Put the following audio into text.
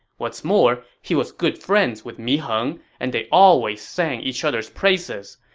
what's more, he was good friends with mi heng, and they always sang each other's praises.